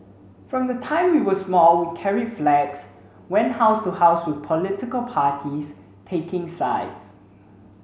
from the time we were small we carried flags went house to house with political parties taking sides